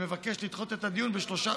ומבקש לדחות את הדיון בשלושה,